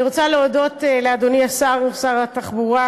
אני רוצה להודות לאדוני שר התחבורה